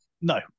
No